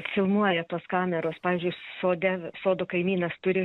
filmuoja tos kameros pavyzdžiui sode sodo kaimynas turi